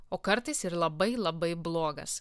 o kartais ir labai labai blogas